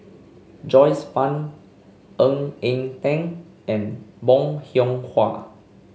Joyce Fan Ng Eng Teng and Bong Hiong Hwa